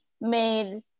made